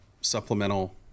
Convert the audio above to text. supplemental